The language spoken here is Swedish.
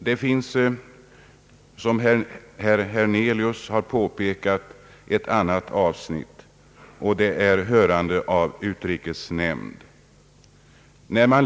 herr Hernelius också berörde — gäller frågan om hörande av utrikesnämnden.